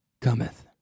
cometh